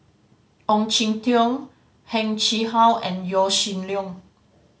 Ong Jin Teong Heng Chee How and Yaw Shin Leong